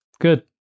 Good